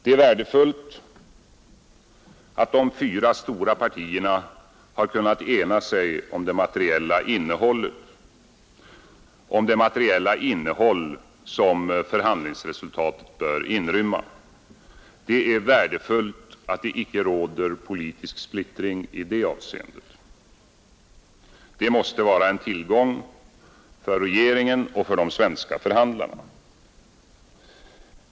Det är värdefullt att de fyra stora partierna har kunnat ena sig om det materiella innehåll, som förhandlingsresultatet bör inrymma. Det är värdefullt att det icke råder politisk splittring i det avseendet. Det måste vara en tillgång för regeringen och för de svenska förhandlarna.